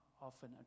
often